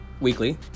weekly